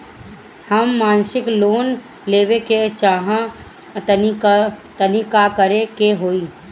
हम मासिक लोन लेवे के चाह तानि का करे के होई?